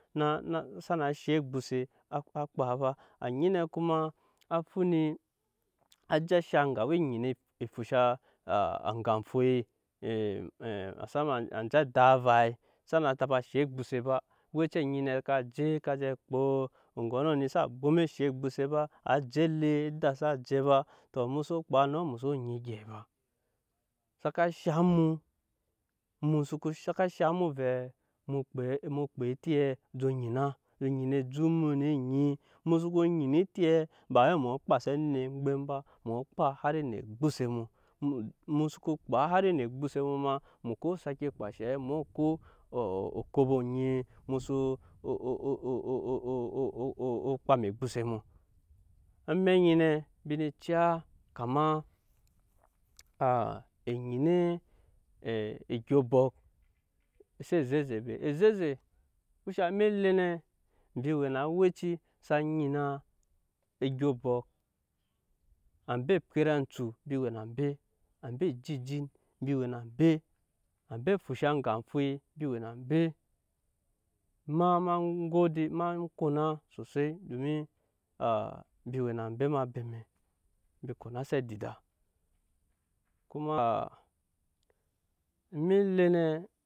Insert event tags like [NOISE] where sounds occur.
[HESITATION] xsana shaŋ ogbose [HESITATION] a kpa ba, anyi ne kuma á fu ni á je á shaŋ eŋge awa enyina efusha [HESITATION] aŋga efoi [HESITATION] masama anje ada avai sana taba shaŋ egbose ba awɛci anyi nɛ ka je ka je kpa oŋgɔ nɔ. eni xsa bwoma eshaŋ ogbose ba a je ele eda xsa je ba tɔmu so kpa enɔ mu xso nyi egyɛi be saka shaŋ mu mu saka shaŋ mu vɛɛ mu kpa mu kpa etiɛ je nyina je nyina ejut mu ne enyi emu soko nyina etiɛ ba wai mu woo kpase anet eŋgbɛm be mu woo kpa har ne egbose mu mu soko kpa har ne gbose mu ma mu ko saka kpa enshe muo ko okobo onyi mu soo [HESITATION] o kpam ogbose mu, amɛk anyi nɛ embi nee ciya kama [HESITATION] enyina egya obɔk e xse ze ze be, e ze eze eŋke shaŋ ema ele nɛ embi we na awɛci sa nyina egya obɔk, ambe pyet ancu embi e na mbe ambe ejin ejin embi we na mbe ambe efusha aŋga foi embi we na mbe ema ma gode ma kona sosai domin [HESITATION] embi we na mbe eme abeme, [HESITATION] embi konse adida. Kuma ema ele nɛ.